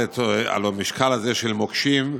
על המשקל הזה של מוקשים,